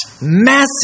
massive